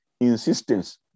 insistence